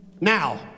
Now